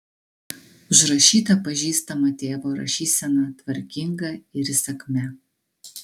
užrašyta pažįstama tėvo rašysena tvarkinga ir įsakmia